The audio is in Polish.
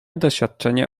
doświadczenie